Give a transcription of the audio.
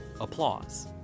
Applause